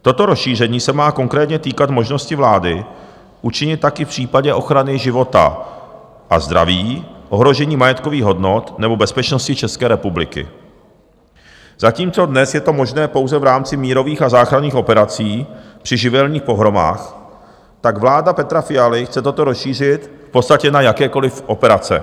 Toto rozšíření se má konkrétně týkat možnosti vlády učinit tak i v případě ochrany života a zdraví, ohrožení majetkových hodnot nebo bezpečnosti České republiky, zatímco dnes je to možné pouze v rámci mírových a záchranných operací při živelních pohromách, tak vláda Petra Fialy chce toto rozšířit v podstatě na jakékoliv operace.